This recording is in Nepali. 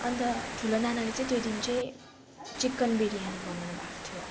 अन्त ठुलो नानाले चाहिँ त्यो दिन चाहिँ चिकन बिरयानी बनाउनु भएको थियो